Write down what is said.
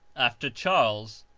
after charles,